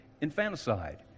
Infanticide